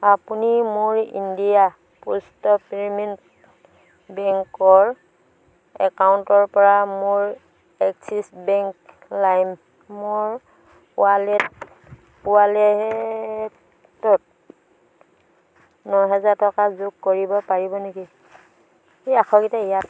আপুনি মোৰ India post payment বেংকৰ একাউণ্টৰ পৰা মোৰ এক্সিছ বেংক লাইমৰ ৱালেটত ন হেজাৰ টকা যোগ কৰিব পাৰিব নেকি